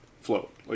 float